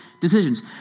decisions